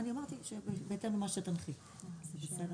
"תיקון